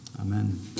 Amen